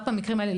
רק במקרים האלה.